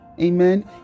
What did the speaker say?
Amen